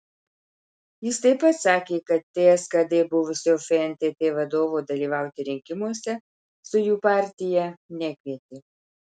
jis taip pat sakė kad ts kd buvusio fntt vadovo dalyvauti rinkimuose su jų partija nekvietė